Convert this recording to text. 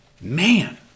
Man